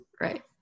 Right